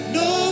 no